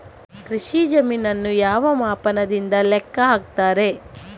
ಕೃಷಿ ಜಮೀನನ್ನು ಯಾವ ಮಾಪನದಿಂದ ಲೆಕ್ಕ ಹಾಕ್ತರೆ?